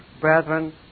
brethren